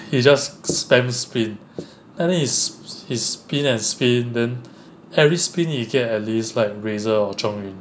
he just just spam spin and then he spin and spin then every spin he get like razor or zhong yun